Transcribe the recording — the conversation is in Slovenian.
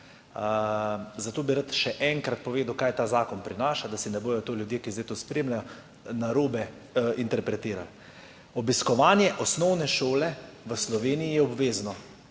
Zato bi rad še enkrat povedal, kaj ta zakon prinaša, da si ne bodo tega ljudje, ki zdaj to spremljajo, narobe interpretirali. Obiskovanje osnovne šole v Sloveniji je obvezno,